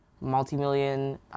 Multi-million